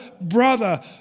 brother